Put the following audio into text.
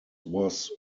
was